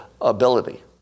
ability